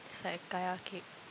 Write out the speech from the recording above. it's like a kaya cake